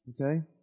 Okay